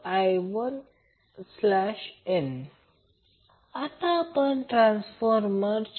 आणि हे कॉइल 2 आहे त्याचा रेझिस्टन्स 1